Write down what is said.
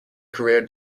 career